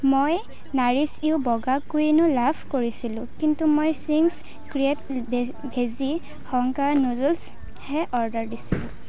মই নাৰিছ ইউ বগা কুইনো লাভ কৰিছিলোঁ কিন্তু মই চিংছ ক্ৰিয়েট বে ভেজি হংকা নুডুলছ হে অৰ্ডাৰ দিছিলোঁ